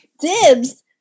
Dibs